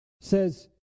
says